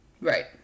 Right